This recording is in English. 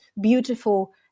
beautiful